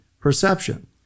Perception